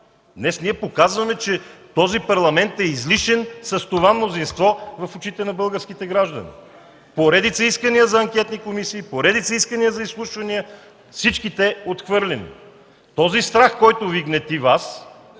Днес ние показваме, че този Парламент е излишен с това мнозинство в очите на българските граждани. Поредица искания за анкетни комисии, поредица искания за изслушвания – всички те отхвърлени. Този страх, който Ви гнети,